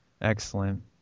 Excellent